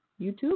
YouTube